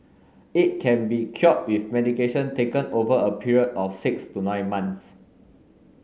it can be cured with medication taken over a period of six to nine months